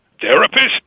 therapist